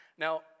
Now